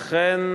אכן,